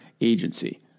agency